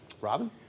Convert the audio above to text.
Robin